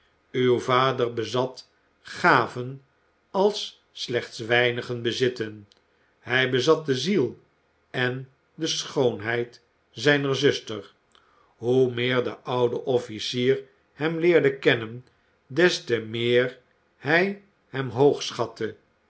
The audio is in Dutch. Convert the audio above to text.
uw vader bezat gaven als slechts weinigen bezitten hij bezat de zie en de schoonheid zijner zuster hoe meer de oude officier hem leerde kennen des te meer hij hem